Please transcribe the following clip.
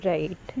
Right